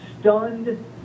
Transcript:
stunned